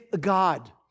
God